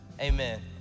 Amen